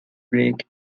break